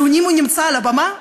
שאם הוא נמצא על הבמה,